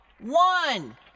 one